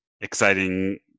exciting